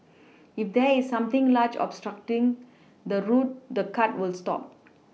if there is something large obstructing the route the cart will stop